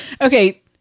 okay